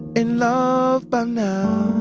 in love by now.